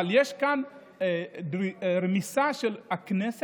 אבל יש כאן רמיסה של הכנסת.